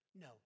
No